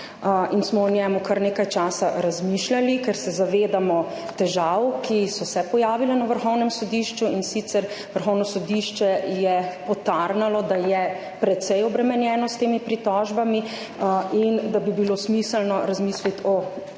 in smo o njem kar nekaj časa razmišljali, ker se zavedamo težav, ki so se pojavile na Vrhovnem sodišču, in sicer je Vrhovno sodišče potarnalo, da je precej obremenjeno s temi pritožbami in da bi bilo smiselno razmisliti o drugačnem načinu